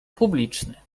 publiczny